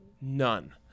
None